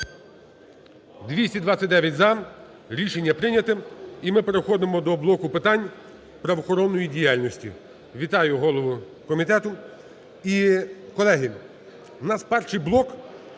За-229 Рішення прийнято. І ми переходимо до блоку питань правоохоронної діяльності. Вітаю голову комітету. І, колеги,